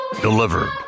Delivered